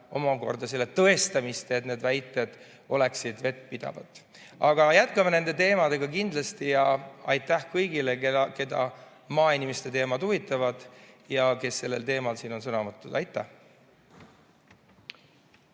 omakorda selle tõestamist, et need väited on vettpidavad. Aga jätkame nende teemadega kindlasti. Aitäh kõigile, keda maainimeste teemad huvitavad ja kes sellel teemal siin on sõna võtnud! Aitäh!